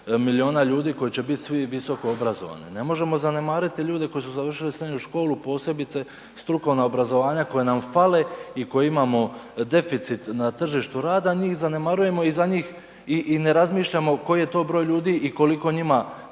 milijuna ljudi koji će bit svi visokoobrazovani. Ne možemo zanemariti ljude koji su završili srednju školu posebice strukovna obrazovanja koja na fale i koje imamo deficit na tržištu rada, njih zanemarujemo i ne razmišljamo koji je to broj ljudi i koliko njima